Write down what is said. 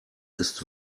ist